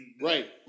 Right